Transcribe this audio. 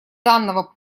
данного